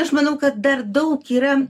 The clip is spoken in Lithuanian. aš manau kad dar daug yra